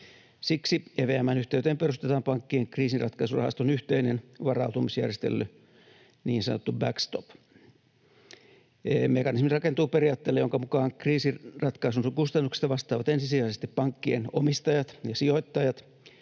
Siksi EVM:n yhteyteen perustetaan pankkien kriisinratkaisurahaston yhteinen varautumisjärjestely, niin sanottu back-stop. Mekanismi rakentuu periaatteelle, jonka mukaan kriisinratkaisun kustannuksista vastaavat ensisijaisesti pankkien omistajat ja sijoittajat.